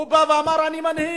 הוא בא ואמר: אני מנהיג.